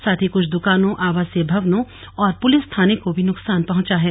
साथ ही कुछ दुकानों आवासीय भवनों और पुलिस थाने को भी नुकसान पहुंचा है